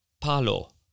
Palo